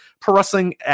pro-wrestling